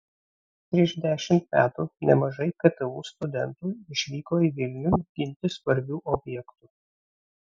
prieš dešimt metų nemažai ktu studentų išvyko į vilnių ginti svarbių objektų